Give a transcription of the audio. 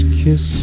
kiss